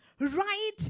right